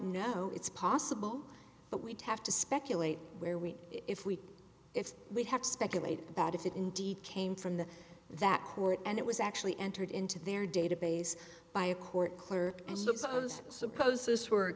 know it's possible but we'd have to speculate where we if we if we have speculated about if it indeed came from the that court and it was actually entered into their database by a court clerk and looks i was suppose this were a